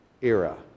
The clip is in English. era